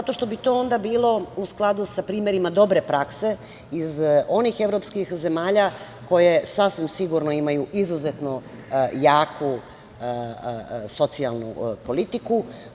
To bi onda bilo u skladu sa primerima dobre prakse iz onih evropskih zemalja koje sasvim sigurno imaju izuzetno jaku socijalnu politiku.